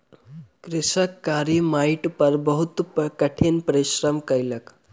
कृषक कारी माइट पर बहुत कठिन परिश्रम कयलक